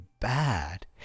bad